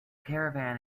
caravan